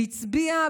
והצביע,